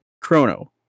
Chrono